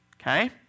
okay